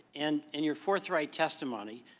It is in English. and in your forthright testimony,